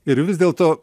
ir vis dėl to